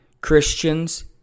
Christians